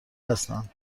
هستند